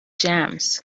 jams